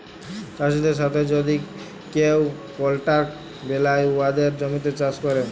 চাষীদের সাথে যদি কেউ কলট্রাক্ট বেলায় উয়াদের জমিতে চাষ ক্যরে